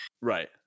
Right